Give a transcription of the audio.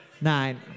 nine